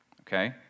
okay